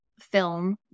film